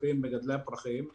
5,000 מגדלי פרחים.